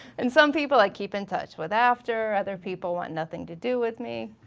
and some people i keep in touch with after. other people want nothing to do with me.